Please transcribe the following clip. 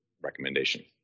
recommendation